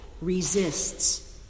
resists